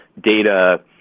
data